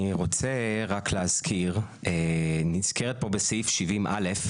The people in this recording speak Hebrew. אני רוצה רק להזכיר: נזכרת פה בסעיף 70(א),